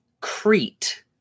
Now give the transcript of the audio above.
Crete